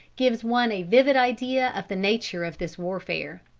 gives one a vivid idea of the nature of this warfare